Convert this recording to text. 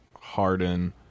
Harden